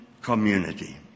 community